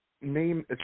name